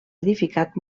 edificat